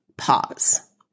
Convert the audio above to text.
pause